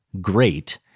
great